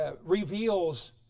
reveals